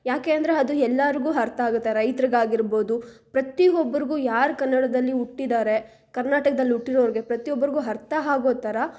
ಯಾಕೆ ಅಂದರೆ ಅದು ಎಲ್ಲಾರ್ಗೂ ಅರ್ಥ ಆಗುತ್ತೆ ರೈತ್ರಿಗಾಗಿರ್ಬೋದು ಪ್ರತಿ ಒಬ್ರಿಗೂ ಯಾರು ಕನ್ನಡದಲ್ಲಿ ಹುಟ್ಟಿದ್ದಾರೆ ಕರ್ನಾಟಕ್ದಲ್ಲಿ ಹುಟ್ಟಿರೋರ್ಗೆ ಪ್ರತಿ ಒಬ್ರಿಗೂ ಅರ್ಥ ಆಗೊ ಥರ